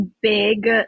big